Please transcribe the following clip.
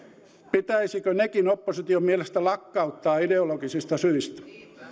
pitäisikö nekin opposition mielestä lakkauttaa ideologisista syistä